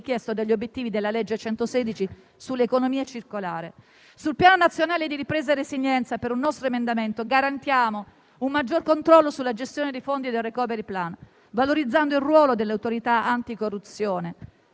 richiesto dagli obiettivi del decreto legislativo n. 116 del 2020 sull'economia circolare. Nel Piano nazionale di ripresa e resilienza con un nostro emendamento garantiamo un maggior controllo sulla gestione dei fondi del *recovery plan,* valorizzando il ruolo dell'Autorità nazionale anticorruzione.